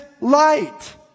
light